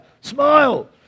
Smile